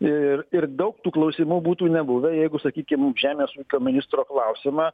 ir ir daug tų klausimų būtų nebuvę jeigu sakykim žemės ūkio ministro klausimą